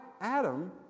Adam